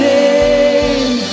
name